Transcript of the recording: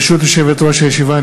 ברשות יושבת-ראש הישיבה,